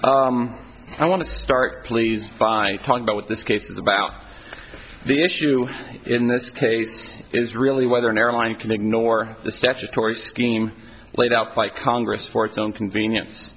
today i want to start please by talking about what this case is about the issue in this case is really whether an airline can ignore the statutory scheme laid out quite congress for its own convenience